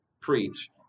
preach